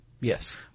Yes